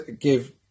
give